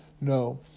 No